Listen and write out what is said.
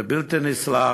זה בלתי נסלח,